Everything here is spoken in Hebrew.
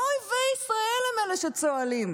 לא אויבי ישראל הם אלה שצוהלים,